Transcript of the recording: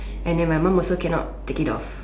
and then my mom also cannot take it off